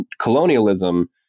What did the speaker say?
colonialism